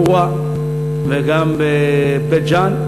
בחורה וגם בבית-ג'ן,